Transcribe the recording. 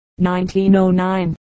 1909